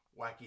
wacky